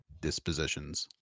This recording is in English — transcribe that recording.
Dispositions